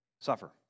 suffer